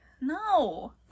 No